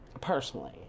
personally